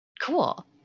Cool